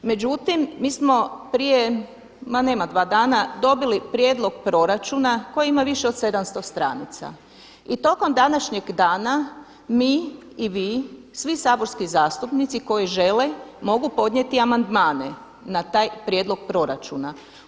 Međutim, mi smo prije ma nema dva dana, dobili prijedlog proračuna kojima više od 700 stranica i tokom današnjeg dana mi i vi svi saborski zastupnici koji žele mogu podnijeti amandmane na taj prijedlog proračuna.